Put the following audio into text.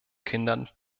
kindern